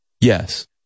Yes